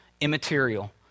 immaterial